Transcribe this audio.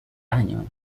año